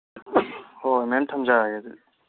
ꯍꯣꯏ ꯃꯦꯝ ꯊꯝꯖꯔꯒꯦ ꯑꯗꯨꯗꯤ